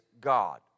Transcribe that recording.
God